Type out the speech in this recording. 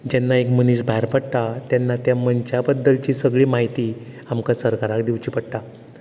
जेन्ना एक मनीस भायर पडटा तेन्ना त्या मनशा बद्दलची सगली माहिती आमकां सरकाराक दिवची पडटा